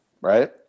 right